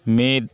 ᱢᱤᱫ